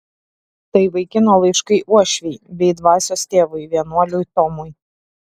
tai vaikino laiškai uošvei bei dvasios tėvui vienuoliui tomui